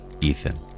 Ethan